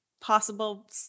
possible